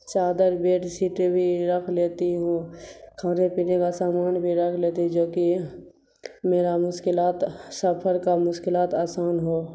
چادر bed sheet بھی رکھ لیتی ہوں کھانے پینے کا سامان بھی رکھ لیتی جو کہ میرا مشکلات سفر کا مشکلات آسان ہو